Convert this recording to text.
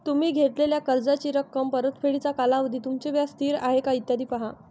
तुम्ही घेतलेल्या कर्जाची रक्कम, परतफेडीचा कालावधी, तुमचे व्याज स्थिर आहे का, इत्यादी पहा